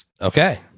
Okay